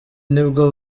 nibwo